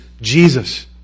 Jesus